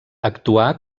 actuà